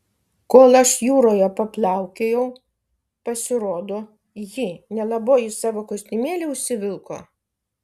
kol aš jūroje paplaukiojau pasirodo ji nelaboji savo kostiumėlį užsivilko